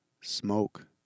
smoke